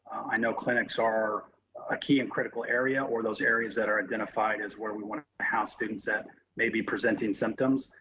i know clinics are a key and critical area or those areas that are identified as where we want to house students that may be presenting symptoms,